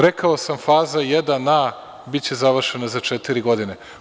Rekao sam, faza 1a biće završena za četiri godine.